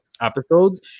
episodes